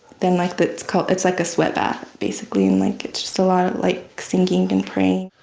then like that's called it's like a sweat bath basically. and like it's just a lot of like singing and praying.